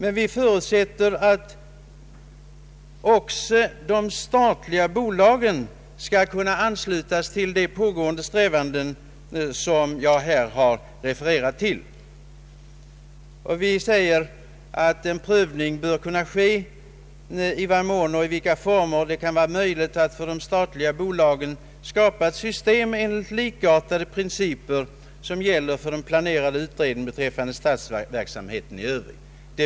Utskottet förutsätter emellertid att också de statliga bolagen skall kunna anslutas till de pågående strävanden som jag här refererat till. Vi säger att ”en prövning borde ske i vad mån och i vilka former det kan vara möjligt att för de statliga bolagen skapa ett system enligt likartade principer som gäller för den planerade utredningen beträffande statsverksamheten i övrigt”.